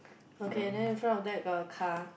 okay then in front of that got a car